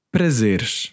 Prazeres